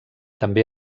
també